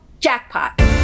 jackpot